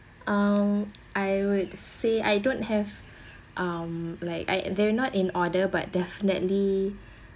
um I would say I don't have um like I they're not in order but definitely